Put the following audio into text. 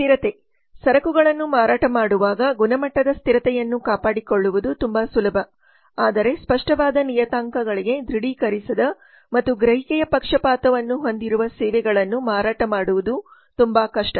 ಸ್ಥಿರತೆ ಸರಕುಗಳನ್ನು ಮಾರಾಟ ಮಾಡುವಾಗ ಗುಣಮಟ್ಟದ ಸ್ಥಿರತೆಯನ್ನು ಕಾಪಾಡಿಕೊಳ್ಳುವುದು ತುಂಬಾ ಸುಲಭ ಆದರೆ ಸ್ಪಷ್ಟವಾದ ನಿಯತಾಂಕಗಳಿಗೆ ದೃಢೀಕರಿಸದ ಮತ್ತು ಗ್ರಹಿಕೆಯ ಪಕ್ಷಪಾತವನ್ನು ಹೊಂದಿರುವ ಸೇವೆಗಳನ್ನು ಮಾರಾಟ ಮಾಡುವುದು ತುಂಬಾ ಕಷ್ಟ